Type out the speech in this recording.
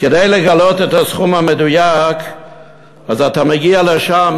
כדי לגלות את הסכום המדויק אתה מגיע לשם,